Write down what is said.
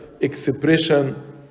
expression